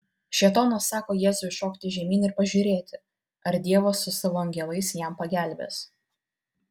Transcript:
šėtonas sako jėzui šokti žemyn ir pažiūrėti ar dievas su savo angelais jam pagelbės